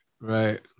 Right